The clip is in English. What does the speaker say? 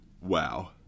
wow